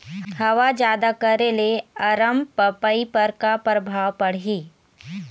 हवा जादा करे ले अरमपपई पर का परभाव पड़िही?